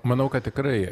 manau kad tikrai